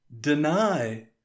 deny